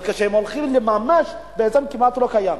אבל כשהם הולכים לממש זה בעצם כמעט לא קיים.